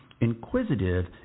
inquisitive